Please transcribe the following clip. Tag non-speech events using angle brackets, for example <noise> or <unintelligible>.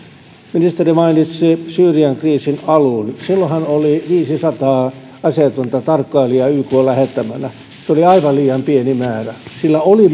ministeri mainitsi syyrian kriisin alun silloinhan oli viisisataa aseetonta tarkkailijaa ykn lähettämänä se oli aivan liian pieni määrä sillä oli <unintelligible>